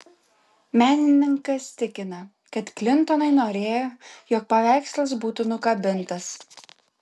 menininkas tikina kad klintonai norėjo jog paveikslas būtų nukabintas